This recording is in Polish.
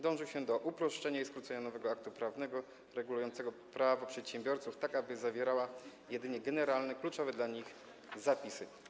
Dąży się do uproszczenia i skrócenia nowego aktu prawnego regulującego prawa przedsiębiorców, tak aby zawierał on jedynie generalne, kluczowe dla nich zapisy.